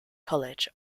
college